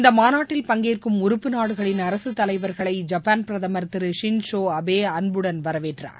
இந்த மாநாட்டில் பங்கேற்கும் உறுப்பு நாடுகளின் அரசு தலைவர்களை ஜய்பான் பிரதமர் திரு ஷின்ஸோ அபே அன்புடன் வரவேற்றார்